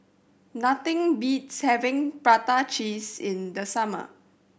nothing beats having prata cheese in the summer